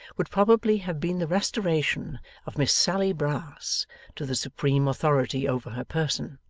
would probably have been the restoration of miss sally brass to the supreme authority over her person.